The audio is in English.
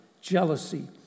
jealousy